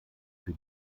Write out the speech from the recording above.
für